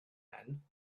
men